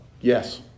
Yes